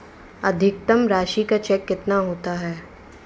अधिकतम राशि का चेक कितना होता है?